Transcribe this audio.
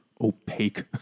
opaque